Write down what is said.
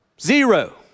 zero